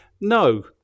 No